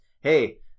Hey